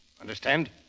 Understand